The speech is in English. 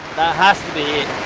has to be